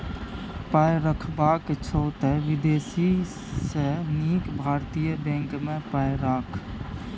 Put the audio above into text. पैसा रखबाक छौ त विदेशी सँ नीक भारतीय बैंक मे पाय राख